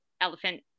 elephant